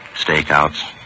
Stakeouts